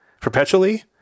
perpetually –